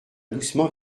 doucement